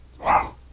Wow